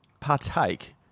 partake